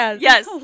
Yes